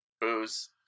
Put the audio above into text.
Booze